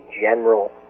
general